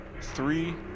three